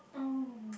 oh